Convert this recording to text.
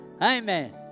Amen